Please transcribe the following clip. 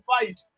fight